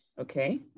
Okay